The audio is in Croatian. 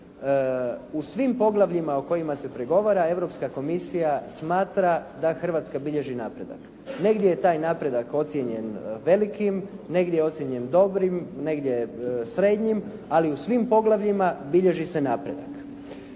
u svim poglavljima o kojima se pregovara Europska komisija smatra da Hrvatska bilježi napredak. Negdje je taj napredak ocijenjen velikim, negdje je ocijenjen dobrim, negdje srednjim, ali u svim poglavljima bilježi se napredak.